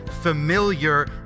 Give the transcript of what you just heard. familiar